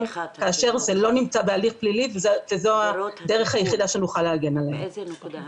כאשר זה לא נמצא בהליך פלילי וזו הדרך היחידה שנוכל להגן עליהן.